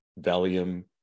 Valium